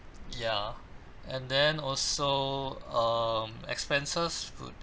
ya and then also um expenses food